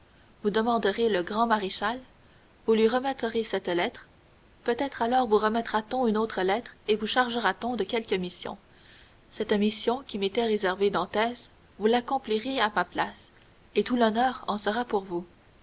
vous demanderez le grand maréchal vous lui remettrez cette lettre peut-être alors vous remettra t on une autre lettre et vous chargera t on de quelque mission cette mission qui m'était réservée dantès vous l'accomplirez à ma place et tout l'honneur en sera pour vous